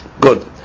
Good